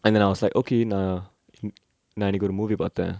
and then I was like okay நா:na நா இன்னைக்கு ஒரு:na innaiku oru movie பாத்த:paatha